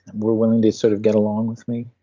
were willing to sort of get along with me